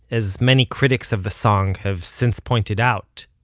as many critics of the song have since pointed out,